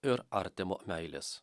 ir artimo meilės